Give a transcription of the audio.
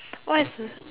what is